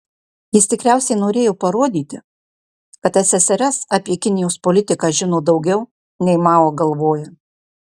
jis tikriausiai norėjo parodyti kad ssrs apie kinijos politiką žino daugiau nei mao galvoja